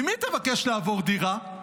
ממי תבקש לעבור דירה?